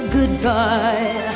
Goodbye